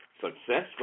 successful